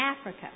Africa